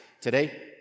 today